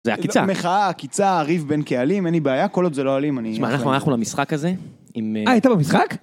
זה עקיצה. מחאה, עקיצה, ריב בין קהלים, אין לי בעיה, כל עוד זה לא אלים, אני... שמע, אנחנו הלכנו למשחק הזה, עם... אה, היית במשחק?